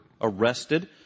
arrested